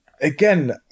again